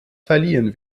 verliehen